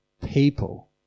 people